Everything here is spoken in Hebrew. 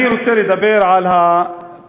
אני רוצה לדבר על תוכנית